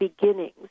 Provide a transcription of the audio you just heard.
beginnings